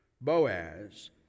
Boaz